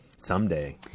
Someday